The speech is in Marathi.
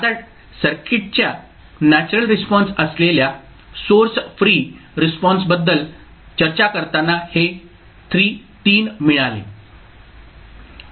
आता सर्किटच्या नॅचरल रिस्पॉन्स असलेल्या सोर्स फ्री रिस्पॉन्स बद्दल चर्चा करतांना हे 3 मिळाले